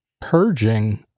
purging